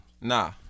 Nah